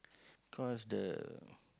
cause the